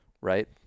right